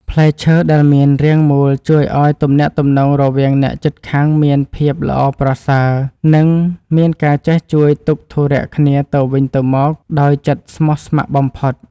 ផ្លែឈើដែលមានរាងមូលជួយឱ្យទំនាក់ទំនងរវាងអ្នកជិតខាងមានភាពល្អប្រសើរ និង មានការចេះជួយទុក្ខធុរៈគ្នាទៅវិញទៅមកដោយចិត្តស្មោះស្ម័គ្របំផុត។